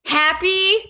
happy